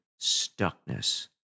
stuckness